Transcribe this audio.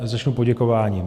Začnu poděkováním.